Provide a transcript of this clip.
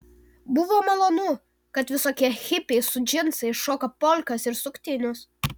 buvo malonu kad visokie hipiai su džinsais šoka polkas ir suktinius